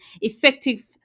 effective